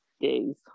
days